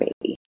baby